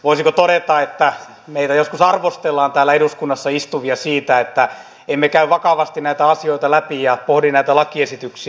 voisinko todeta että meitä täällä eduskunnassa istuvia joskus arvostellaan siitä että emme käy vakavasti asioita läpi ja pohdi näitä lakiesityksiä